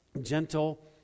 gentle